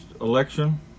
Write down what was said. election